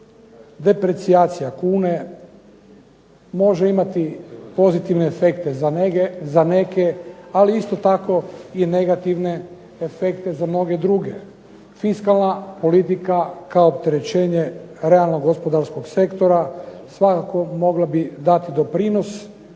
deprecijacija kune može imati pozitivne efekte za neke ali isto tako negativne efekte za mnoge druge. Fiskalna politika kao opterećenje realnog gospodarskog sektora svakako mogla bi dati doprinos